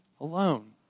alone